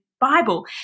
Bible